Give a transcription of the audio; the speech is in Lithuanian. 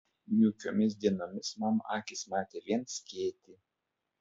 niūkiomis dienomis mano akys matė vien skėtį